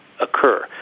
occur